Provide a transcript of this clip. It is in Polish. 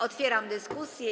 Otwieram dyskusję.